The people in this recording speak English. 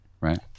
right